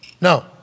No